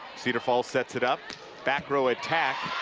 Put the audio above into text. cedar falls sets it up back row attack